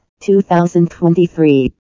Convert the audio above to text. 2023